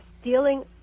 stealing